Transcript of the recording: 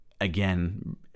again